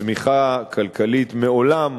צמיחה כלכלית מעולם